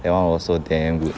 that one also damn good